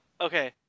okay